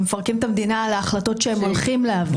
הם מפרקים את המדינה על ההחלטות שהם הולכים להעביר.